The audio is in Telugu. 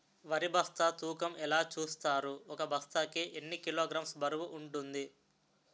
వరి బస్తా తూకం ఎలా చూస్తారు? ఒక బస్తా కి ఎన్ని కిలోగ్రామ్స్ బరువు వుంటుంది?